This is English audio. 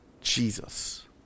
Jesus